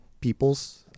people's